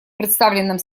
представленном